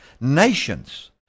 nations